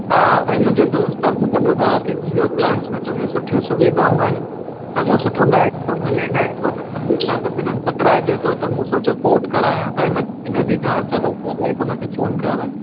हा ऐं मुंहिंजो दोस्त बि मूंखे ॿुधायो की जीयो प्लान्स में चङियूं सुठियूं सुविधाऊं आहिनि चङो सुठो नेट थो हले नेटवर्क हमेशह सभिनि हंधि पकिड़ाइजे थो त मूं सोचियो पोर्ट करायां त इन इन जी जांच वठण लाइ ई तव्हां खे फ़ोन कयो आहे